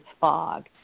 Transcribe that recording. fog